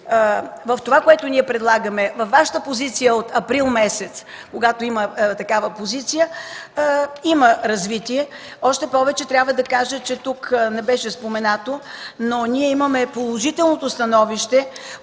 в това, което ние предлагаме, във Вашата позиция от април месец – когато има такава позиция, има развитие. Още повече трябва да кажа, тук не беше споменато, но ние имаме положителното становище,